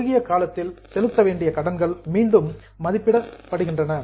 குறுகிய காலத்தில் செலுத்த வேண்டிய கடன்கள் மீண்டும் எஸ்டிமேடட் மதிப்பிடப்படுகின்றன